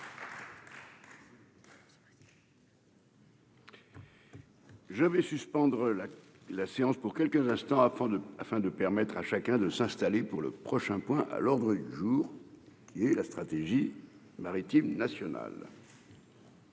Je vais suspendre la séance pour quelques instants afin de afin de permettre à chacun de s'installer pour le prochain point à l'ordre du jour et la stratégie maritime national.